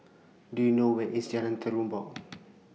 Do YOU know Where IS Jalan Terubok